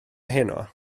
heno